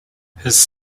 his